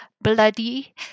bloody